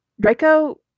Draco